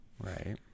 Right